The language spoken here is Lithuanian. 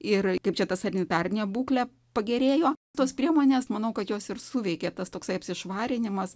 ir kaip čia ta sanitarinė būklė pagerėjo tos priemonės manau kad jos ir suveikė tas toksai apsišvarinimas